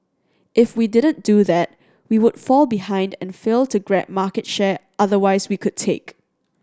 if we didn't do that we would fall behind and fail to grab market share otherwise we could take